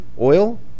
oil